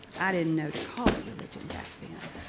i didn't know to call it religion back then,